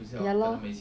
ya lor